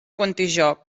contijoch